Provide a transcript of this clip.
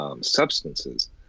Substances